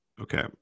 Okay